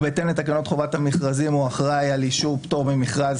בהתאם לתקנות חובת המכרזים הוא אחראי על אישור פטור ממכרז,